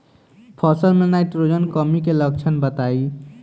फसल में नाइट्रोजन कमी के लक्षण बताइ?